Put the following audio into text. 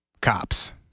cops